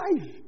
life